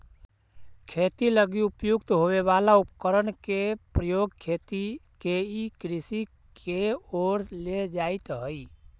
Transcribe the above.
खेती लगी उपयुक्त होवे वाला उपकरण के प्रयोग खेती के ई कृषि के ओर ले जाइत हइ